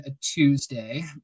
Tuesday